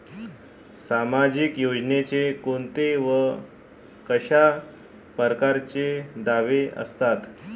सामाजिक योजनेचे कोंते व कशा परकारचे दावे असतात?